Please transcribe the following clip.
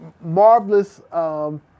marvelous